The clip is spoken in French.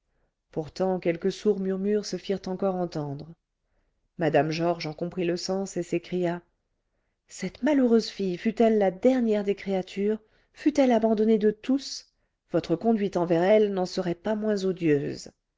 pourtant quelques sourds murmures se firent encore entendre mme georges en comprit le sens et s'écria cette malheureuse fille fût-elle la dernière des créatures fût-elle abandonnée de tous votre conduite envers elle n'en serait pas moins odieuse